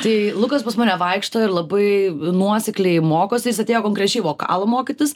tai lukas pas mane vaikšto ir labai nuosekliai mokosi jis atėjo konkrečiai vokalo mokytis